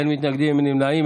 אין מתנגדים ואין נמנעים.